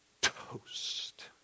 toast